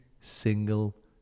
single